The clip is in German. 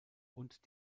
und